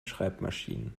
schreibmaschinen